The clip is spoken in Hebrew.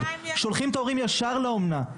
שולחים את ההורים ישר לאומנה.